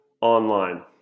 online